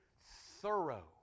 thorough